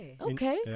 Okay